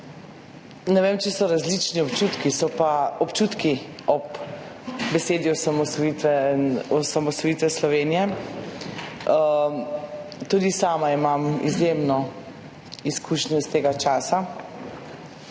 Ne vem, če so različni občutki, so pa občutki ob besedi osamosvojitev Slovenije. Tudi sama imam izjemno izkušnjo iz tega časa.